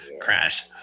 crash